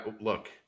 look –